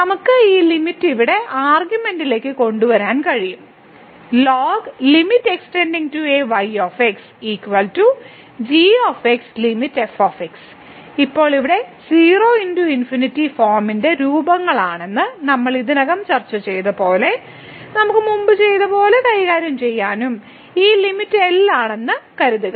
നമുക്ക് ഈ ലിമിറ്റ് ഇവിടെ ആർഗ്യുമെന്റിലേക്ക് കൊണ്ടുവരാൻ കഴിയും ഇപ്പോൾ ഇവിടെ 0 ×∞ ഫോമിന്റെ രൂപങ്ങളാണെന്ന് നമ്മൾ ഇതിനകം ചർച്ച ചെയ്തതുപോലെ നമുക്ക് മുമ്പ് ചെയ്തതുപോലെ കൈകാര്യം ചെയ്യാനും ഈ ലിമിറ്റ് L ആണെന്ന് കരുതുക